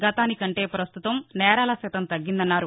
గతానికంటే ప్రస్తుతం నేరాలశాతం తగ్గిందన్నారు